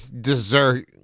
Dessert